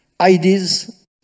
Ideas